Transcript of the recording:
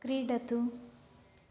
क्रीडतु